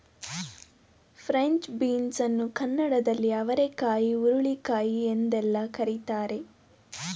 French beans ಅನ್ನು ಕನ್ನಡದಲ್ಲಿ ಅವರೆಕಾಯಿ ಹುರುಳಿಕಾಯಿ ಎಂದೆಲ್ಲ ಕರಿತಾರೆ